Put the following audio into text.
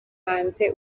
hanze